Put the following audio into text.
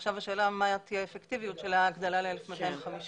עכשיו השאלה מה תהיה האפקטיביות של ההגדלה ל-1,250.